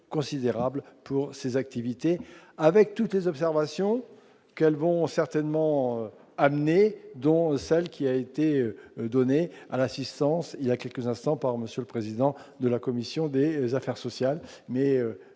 considérable pour ses activités avec toutes les observations qu'elles vont certainement amené dont celle qui a été donné à l'assistance, il y a quelques instants par monsieur le président de la commission des affaires sociales,